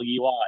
ui